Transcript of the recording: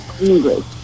English